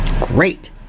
Great